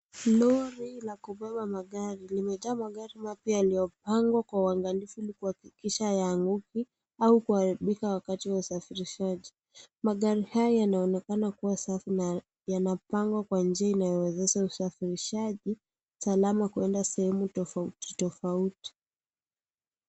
Lori la kubeba magari limejaa magari mapya yaliyopangwa kwa uangalifu Ili kuhakikisha hayaanguki au kuharibika wakati wa usafirishaji. Magari haya yanaonekana kuwa safi na yanapangwa kwa njia inayowezesha usafirishaji salama kuenda sehemu tofauti tofauti.